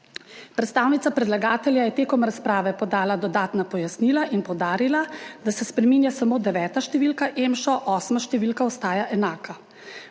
Predstavnica predlagatelja je med razpravo podala dodatna pojasnila in poudarila, da se spreminja samo deveta številka EMŠA, osma številka ostaja enaka.